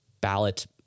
ballot